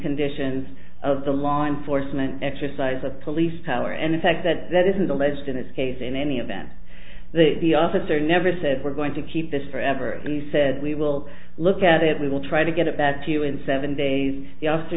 conditions of the law enforcement exercise of police power and the fact that that is alleged in this case in any event the officer never said we're going to keep this forever and he said we will look at it we will try to get it back to you in seven days